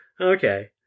Okay